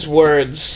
words